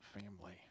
family